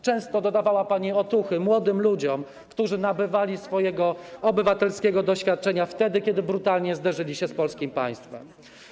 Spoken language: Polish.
Często dodawała pani otuchy młodym ludziom, którzy nabywali obywatelskiego doświadczenia wtedy, kiedy brutalnie zderzali się z polskim państwem.